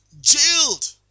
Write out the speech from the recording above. Jailed